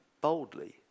boldly